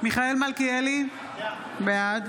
מיכאל מלכיאלי, בעד